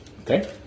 okay